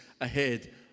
ahead